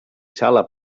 sala